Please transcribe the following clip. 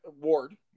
Ward